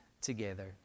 together